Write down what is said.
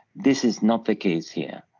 this is not the case here,